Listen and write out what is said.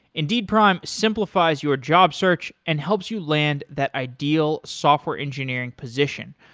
indeed prime simplifies your job search and helps you land that ideal software engineering position.